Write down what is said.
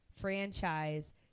franchise